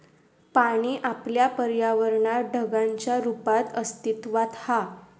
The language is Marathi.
पाणी आपल्या पर्यावरणात ढगांच्या रुपात अस्तित्त्वात हा